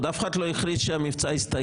עוד אף אחד לא החליט שהמבצע הסתיים.